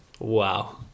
Wow